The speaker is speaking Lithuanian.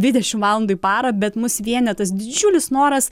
dvidešim valandų į parą bet mus vienija tas didžiulis noras